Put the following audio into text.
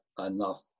enough